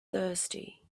thirsty